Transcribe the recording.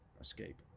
escape